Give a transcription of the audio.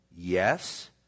Yes